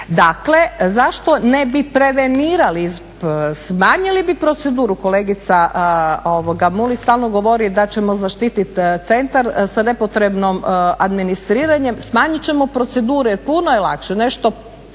Dakle, zašto ne bi prevenirali, smanjili bi proceduru. Kolegica Mulić stalno govori da ćemo zaštititi centar sa nepotrebnom administriranjem. Smanjit ćemo proceduru jer puno je lakše nešto